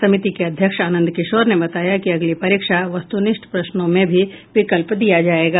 समिति के अध्यक्ष आनंद किशोर ने बताया कि अगली परीक्षा से वस्तुनिष्ठ प्रश्नों में भी विकल्प दिया जायेगा